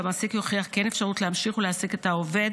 והמעסיק יוכיח כי אין אפשרות להמשיך ולהעסיק את העובד